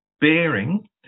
bearing